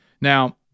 Now